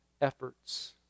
efforts